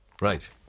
Right